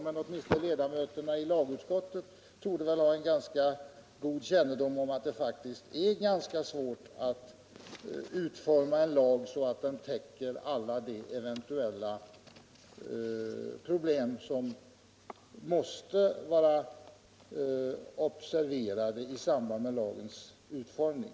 Men åtminstone ledamöterna i lagutskottet torde ha rätt god kännedom om att det faktiskt är ganska svårt att utforma en lag så att den täcker alla de eventuella problem som måste vara observerade i samband med lagens utformning.